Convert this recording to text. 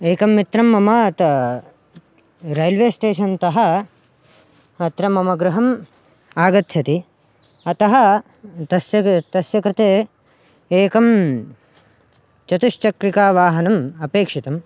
एकः मित्रः मम अतः रैल्वे स्टेशन्तः अत्र मम गृहम् आगच्छति अतः तस्य क तस्य कृते एकं चतुश्चक्रिकावाहनम् अपेक्षितम्